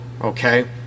okay